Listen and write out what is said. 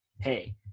Hey